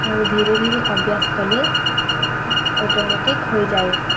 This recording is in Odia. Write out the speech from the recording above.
ଆଉ ଧୀରେ ଧୀରେ ଅଭ୍ୟାସ କଲେ ଅଟୋମେଟିକ୍ ହୋଇଯାଏ